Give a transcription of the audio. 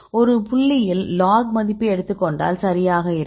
ஒரு புள்ளியில் லாக் மதிப்பை எடுத்துக் கொண்டால் சரியாக இருக்கும்